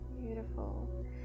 beautiful